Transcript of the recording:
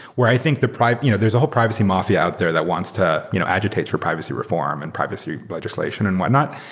where i think the private you know there's a whole privacy mafia out there that wants to you know agitate for privacy reform and privacy legislation and whatnot.